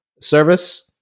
service